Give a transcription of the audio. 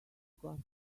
got